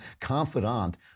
confidant